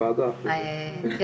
וזה